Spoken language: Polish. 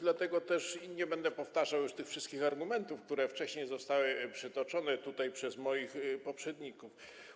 Dlatego też nie będę powtarzał już tych wszystkich argumentów, które wcześniej zostały przytoczone tutaj przez moich poprzedników.